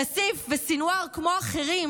כמו אחרים,